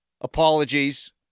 Apologies